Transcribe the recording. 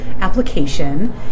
Application